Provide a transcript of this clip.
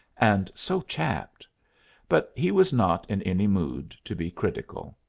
and so chapped but he was not in any mood to be critical.